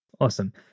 awesome